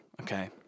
okay